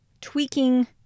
tweaking